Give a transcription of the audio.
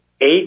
eight